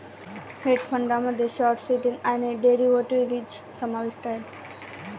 hedge फंडामध्ये short selling आणि derivatives समाविष्ट आहेत